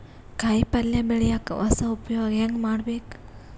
ಕಾಯಿ ಪಲ್ಯ ಬೆಳಿಯಕ ಹೊಸ ಉಪಯೊಗ ಹೆಂಗ ಮಾಡಬೇಕು?